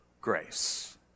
grace